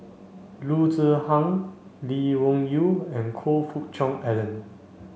Loo Zihan Lee Wung Yew and Choe Fook Cheong Alan